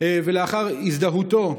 לאחר הזדהותו,